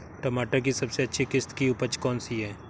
टमाटर की सबसे अच्छी किश्त की उपज कौन सी है?